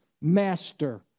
master